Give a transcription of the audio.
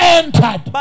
entered